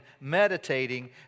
meditating